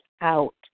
out